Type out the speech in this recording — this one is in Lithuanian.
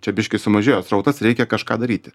čia biškį sumažėjo srautas reikia kažką daryti